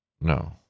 No